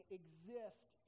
exist